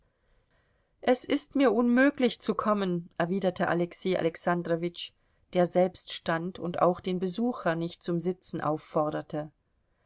es ist mir unmöglich zu kommen erwiderte alexei alexandrowitsch der selbst stand und auch den besucher nicht zum sitzen aufforderte